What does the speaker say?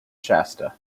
shasta